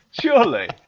surely